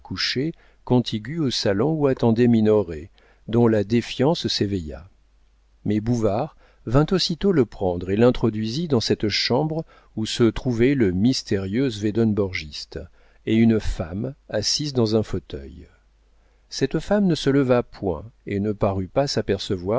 contiguë au salon où attendait minoret dont la défiance s'éveilla mais bouvard vint aussitôt le prendre et l'introduisit dans cette chambre où se trouvaient le mystérieux swedenborgiste et une femme assise dans un fauteuil cette femme ne se leva point et ne parut pas s'apercevoir